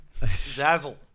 Zazzle